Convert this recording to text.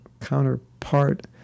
counterpart